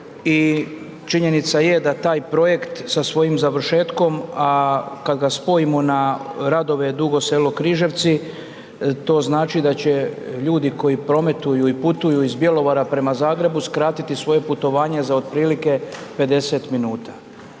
I činjenica je da taj projekt sa svojim završetkom a kada ga spojimo na radove Dugo Selo – Križevci, to znači da će ljudi koji prometuju i putuju iz Bjelovara prema Zagrebu skratiti svoje putovanje za otprilike 50 minuta.